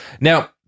Now